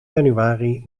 januari